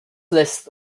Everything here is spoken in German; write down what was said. lässt